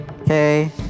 Okay